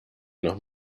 noch